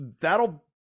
that'll